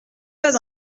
pas